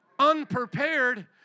unprepared